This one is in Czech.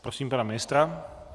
Prosím pana ministra.